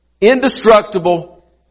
indestructible